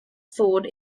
food